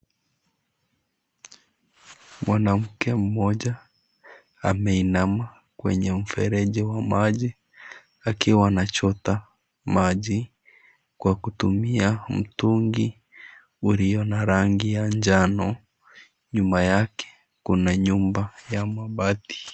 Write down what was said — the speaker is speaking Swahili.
Mwanamke mmoja ameinama kwenye mfereji wa maji akiwa anachota maji kwa kutumia mtungi ulio na rangi ya njano, nyuma yake kuna nyumba ya mabati.